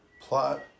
plot